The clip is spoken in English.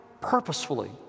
purposefully